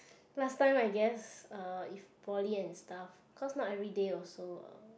last time I guess uh if poly and stuff cause not everyday also uh